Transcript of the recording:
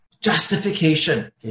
justification